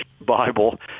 Bible